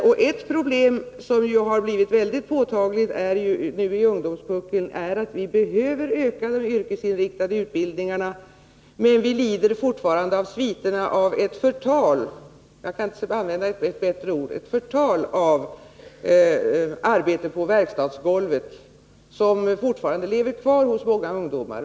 Ett annat problem, som har blivit väldigt påtagligt när det gäller ungdomspuckeln, är att vi behöver ett ökat antal yrkesinriktade utbildningar, men att vi fortfarande lider av sviterna av ett förtal — jag kan inte använda ett bättre ord — av arbete på verkstadsgolvet som lever kvar hos många ungdomar.